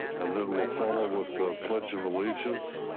and then we'll follow with the pledge of allegiance.